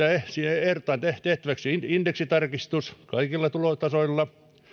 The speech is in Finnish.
ehdotetaan tehtäväksi indeksitarkistus kaikilla tulotasoilla